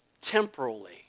temporally